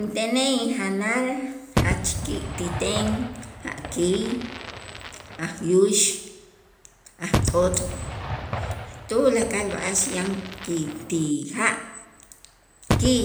Intenej injanal jach ki' ti ten a' käy, ajyux, ajt'ot' tulakal b'a'ax yan ki ti ja' ki'